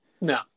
No